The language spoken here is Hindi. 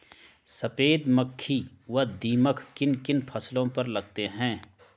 सफेद मक्खी व दीमक किन किन फसलों पर लगते हैं?